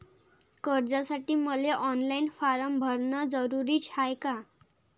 कर्जासाठी मले online form भरन जरुरीच हाय का?